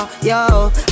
Yo